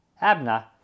Abner